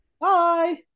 bye